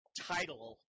title